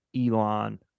Elon